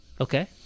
Okay